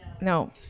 No